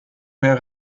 mehr